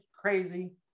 crazy